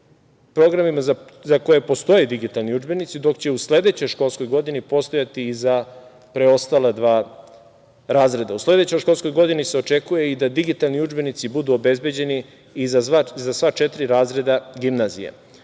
programima za koje postoje digitalni udžbenici, dok će u sledećoj školskoj godini postojati i za preostala dva razreda. U sledećoj školskoj godini se očekuje i da digitalni udžbenici budu obezbeđeni i za sva četiri razreda gimnazija. Do